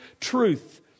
truth